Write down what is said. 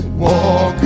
walk